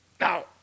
Now